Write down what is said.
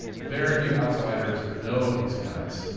very few outsiders know of these guys.